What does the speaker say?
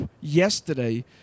yesterday